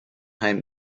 heim